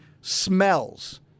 smells